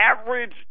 average